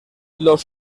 los